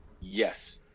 Yes